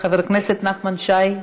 חבר הכנסת נחמן שי,